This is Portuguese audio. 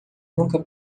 nunca